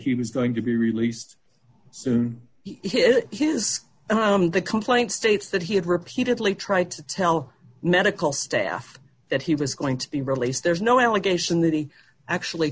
he was going to be released soon his the complaint states that he had repeatedly tried to tell medical staff that he was going to be released there's no allegation that he actually